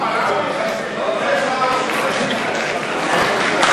הסעיף 59, מ-(1) עד (36)